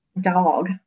Dog